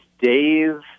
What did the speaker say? Dave